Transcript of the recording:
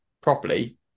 properly